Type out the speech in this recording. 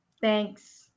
Thanks